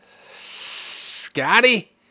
Scotty